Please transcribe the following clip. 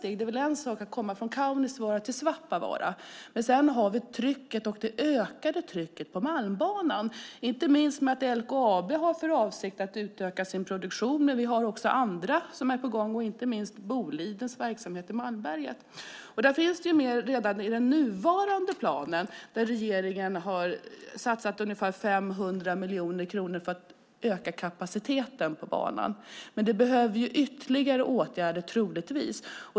Det är väl en sak att komma från Kaunisvaara till Svappavaara, men sedan har vi också det ökade trycket på Malmbanan, inte minst för att LKAB har för avsikt att utöka sin produktion. Vi har även annat på gång, framför allt Bolidens verksamhet i Malmberget. I den nuvarande planen har regeringen satsat ungefär 500 miljoner kronor för att öka kapaciteten på banan, men troligtvis krävs ytterligare åtgärder.